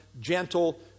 Gentle